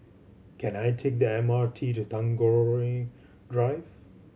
can I take the M R T to Tagore Drive